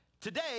Today